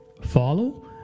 follow